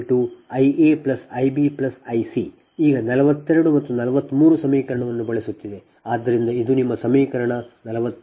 ಈಗ 42 ಮತ್ತು 43 ಸಮೀಕರಣವನ್ನು ಬಳಸುತ್ತಿದೆ ಆದ್ದರಿಂದ ಇದು ನಿಮ್ಮ ಸಮೀಕರಣ 42